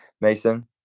Mason